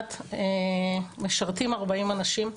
משמעת משרתים 40 אנשים,